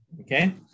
Okay